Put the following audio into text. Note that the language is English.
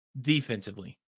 defensively